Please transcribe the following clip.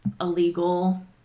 illegal